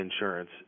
insurance